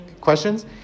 questions